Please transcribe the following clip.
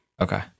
Okay